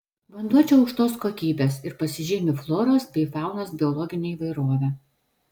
vanduo čia aukštos kokybės ir pasižymi floros bei faunos biologine įvairove